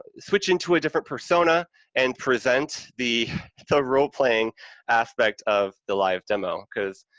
switch into a different persona and present the role-playing aspect of the live demo, because,